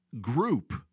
group